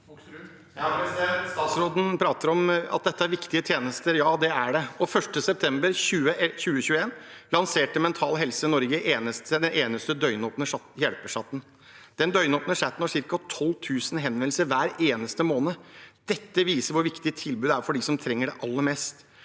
Statsråden prater om at dette er viktige tjenester. Ja, det er det. Den 1. september 2021 lanserte Mental Helse den eneste døgnåpne hjelpechatten i Norge. Den døgnåpne chatten har ca. 12 000 henvendelser hver eneste måned. Dette viser hvor viktig tilbudet er for dem som trenger det aller mest.